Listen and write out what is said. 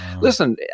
listen